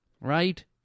right